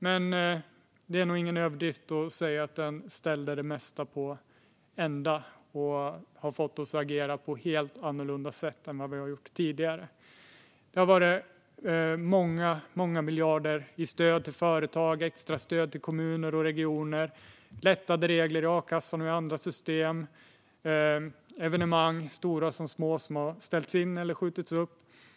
Men det är nog ingen överdrift att säga att den ställde det mesta på ända och har fått oss att agera på helt annorlunda sätt än vad vi har gjort tidigare. Det har getts många miljarder i stöd till företag och extrastöd till kommuner och regioner. Det har lättats på reglerna i a-kassan och i andra system. Evenemang, stora som små, har ställts in eller skjutits upp.